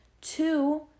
Two